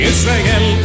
Israel